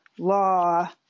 law